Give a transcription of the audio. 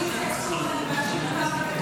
שמדברים בעברית,